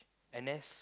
N_S